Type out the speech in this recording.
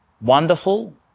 wonderful